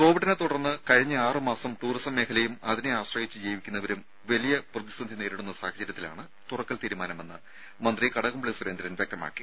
കോവിഡിനെ തുടർന്ന് കഴിഞ്ഞ ആറ് മാസം ടൂറിസം മേഖലയും അതിനെ ആശ്രയിച്ചു ജീവിക്കുന്നവരും വലിയ പ്രതിസന്ധി നേരിടുന്ന സാഹചര്യത്തിലാണ് തുറക്കൽ തീരുമാനമെന്ന് മന്ത്രി കടകംപള്ളി സുരേന്ദ്രൻ വ്യക്തമാക്കി